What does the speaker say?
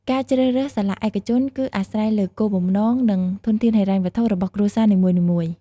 ការជ្រើសរើសសាលាឯកជនគឺអាស្រ័យលើ គោលបំណង និងធនធានហិរញ្ញវត្ថុ របស់គ្រួសារនីមួយៗ។